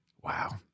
wow